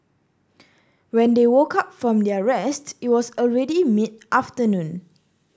when they woke up from their rest it was already mid afternoon